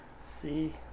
See